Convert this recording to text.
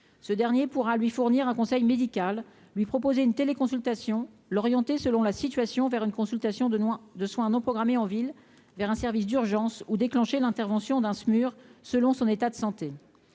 ce dernier pourra lui fournir un conseil médical lui proposer une téléconsultation l'orienter selon la situation vers une consultation de noix de soins non programmés en ville vers un service d'urgence ou déclencher l'intervention d'un SMUR selon son état de santé,